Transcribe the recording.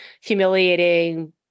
humiliating